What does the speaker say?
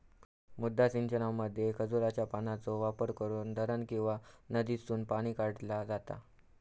मुद्दा सिंचनामध्ये खजुराच्या पानांचो वापर करून धरण किंवा नदीसून पाणी काढला जाता